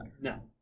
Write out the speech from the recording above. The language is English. No